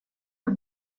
are